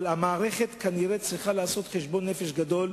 אבל המערכת כנראה צריכה לעשות חשבון-נפש גדול,